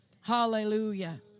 Hallelujah